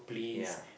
ya